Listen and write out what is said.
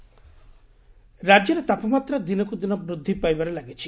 ତାପମାତ୍ତା ରାକ୍ୟରେ ତାପମାତ୍ରା ଦିନକୁ ଦିନ ବୃଦ୍ଧି ପାଇବାରେ ଲାଗିଛି